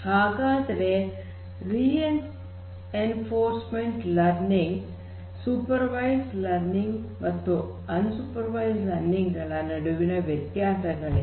ಹಾಗಾದರೆ reinforcement learning super ವೈಸ್ಡ್ learning ಮತ್ತು ಅನ್ super ವೈಸ್ಡ್ learning ಗಳ ನಡುವಿನ ವ್ಯತಾಸಗಳೇನು